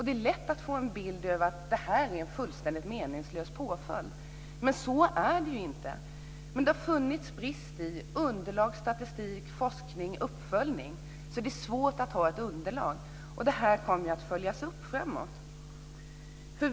Det är lätt att få en bild av att det här är en fullständigt meningslös påföljd, men så är det inte. Det har funnits brister i underlag, statistik, forskning och uppföljning, så det är svårt att ha ett underlag. Det här kommer att följas upp framöver.